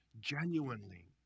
genuinely